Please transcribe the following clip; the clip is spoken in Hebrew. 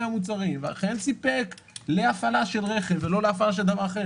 המוצרים ואכן סיפק להפעלה של רכב ולא להפעלה של דבר אחר.